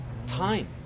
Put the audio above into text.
time